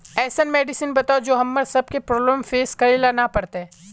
ऐसन मेडिसिन बताओ जो हम्मर सबके प्रॉब्लम फेस करे ला ना पड़ते?